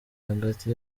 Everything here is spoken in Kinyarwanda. hagati